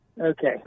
okay